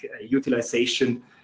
utilization